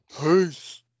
Peace